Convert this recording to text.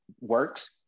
works